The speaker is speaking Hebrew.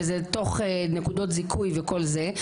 וזה תוך נקודות זיכוי וכל זה,